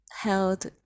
held